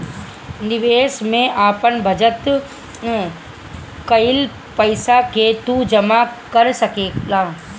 निवेश में आपन बचत कईल पईसा के तू जमा कर सकेला